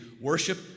Worship